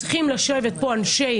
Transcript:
קודם כול, צריכים לשבת פה אנשי